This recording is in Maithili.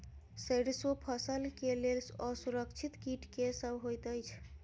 सैरसो फसल केँ लेल असुरक्षित कीट केँ सब होइत अछि?